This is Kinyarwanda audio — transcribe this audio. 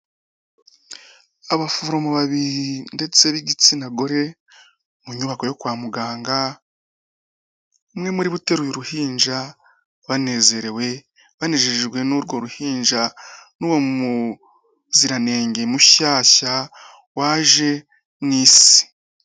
Abaforomo babiri ndetse b'igitsina gore mu nyubako yo kwa muganga, umwe muri bo uteruye uruhinja banezerewe banejejwe n'urwo ruhinja n'uwo muziranenge mushyashya waje mu isi.